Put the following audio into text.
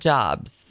Jobs